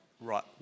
right